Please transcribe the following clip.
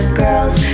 girls